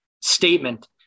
statement